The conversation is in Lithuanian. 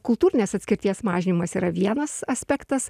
kultūrinės atskirties mažinimas yra vienas aspektas